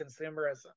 consumerism